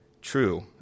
True